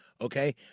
Okay